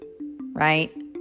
right